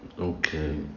Okay